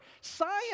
Science